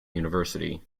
university